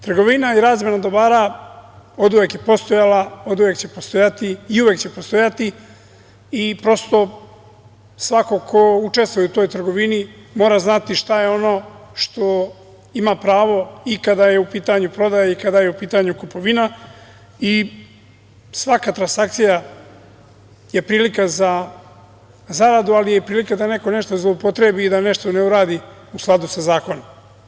Trgovina i razmena dobara oduvek je postojala, oduvek će postojati i uvek će postojati i prosto svako ko učestvuje u toj trgovini mora znati šta je ono što ima pravo i kada je u pitanju prodaja i kada je u pitanju kupovina i svaka transakcija je prilika za zaradu, ali i prilika da neko nešto zloupotrebi i da nešto ne uradi u skladu sa zakonom.